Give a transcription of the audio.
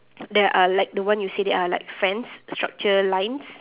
there are like the one you said there are like fans structure lines